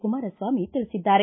ಕುಮಾರಸ್ವಾಮಿ ತಿಳಿಸಿದ್ದಾರೆ